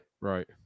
Right